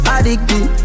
Addicted